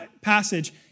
passage